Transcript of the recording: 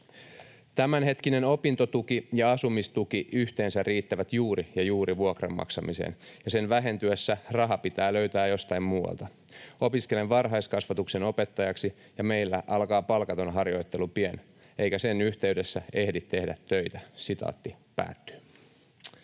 ”Tämänhetkinen opintotuki ja asumistuki yhteensä riittävät juuri ja juuri vuokran maksamiseen, ja sen vähentyessä raha pitää löytää jostain muualta. Opiskelen varhaiskasvatuksen opettajaksi, ja meillä alkaa palkaton harjoittelu pian, eikä sen yhteydessä ehdi tehdä töitä.” ”Olen